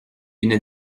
une